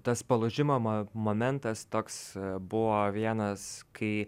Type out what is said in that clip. tas palūžimo mo momentas toks buvo vienas kai